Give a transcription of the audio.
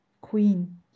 queen